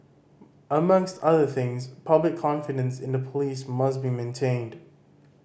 amongst other things public confidence in the police must be maintained